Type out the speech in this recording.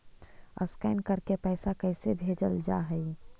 Scan करके पैसा कैसे भेजल जा हइ?